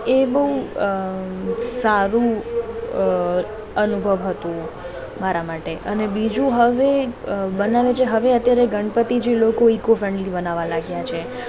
એ બહુ સારું અનુભવ હતું મારા માટે અને બીજું હવે બનાવે છે હવે અત્યારે ગણપતિ જે લોકો ઈકો ફ્રેન્ડલી બનાવવા લાગ્યા છે